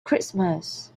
christmas